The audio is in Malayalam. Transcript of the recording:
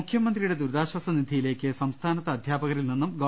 മുഖ്യമന്ത്രിയുടെ ദുരിതാശ്വാസനിധിയിലേക്ക് സംസ്ഥാനത്തെ അധ്യാപകരിൽ നിന്നും ഗവ